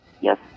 Yes